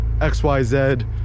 xyz